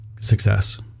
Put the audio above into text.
success